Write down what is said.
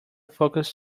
focus